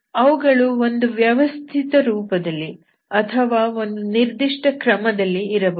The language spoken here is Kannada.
ಅವುಗಳು ಒಂದು ವ್ಯವಸ್ಥಿತ ರೂಪದಲ್ಲಿ ಅಥವಾ ಒಂದು ನಿರ್ದಿಷ್ಟ ಕ್ರಮದಲ್ಲಿ ಇರಬಹುದು